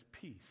peace